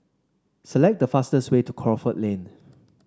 select the fastest way to Crawford Lane